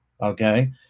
okay